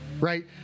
Right